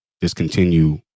discontinue